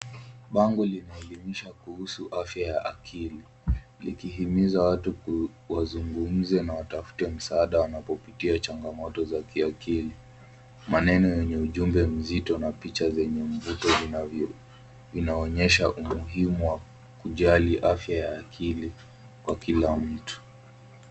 Bango linaelimisha kuhusu afya ya akili likihimiza watu wazungumze na watafute msaada wanapopitia changamoto za kiakili. Maneno yenye ujumbe mzito na picha zenye mvuto vinaonyesha umuhimu wa kujali afya ya akili kwa kila mtu.